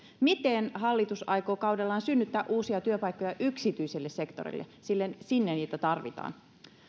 miten hallitus aikoo kaudellaan synnyttää uusia työpaikkoja yksityiselle sektorille sinne niitä tarvitaan